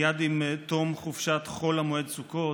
מייד עם תום חופשת חול המועד סוכות,